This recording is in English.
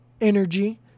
energy